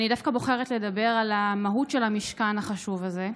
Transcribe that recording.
אני דווקא בוחרת לדבר על המהות של המשכן החשוב הזה.